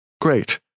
Great